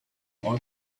all